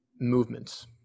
Movements